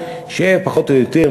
שפחות או יותר,